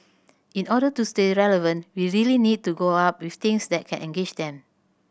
in order to stay relevant we really need to go up with things that can engage them